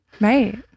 right